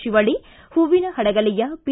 ತಿವಳ್ಳಿ ಹೂವಿನ ಹಡಗಲಿಯ ಪಿ